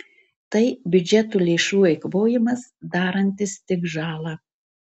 tai biudžeto lėšų eikvojimas darantis tik žalą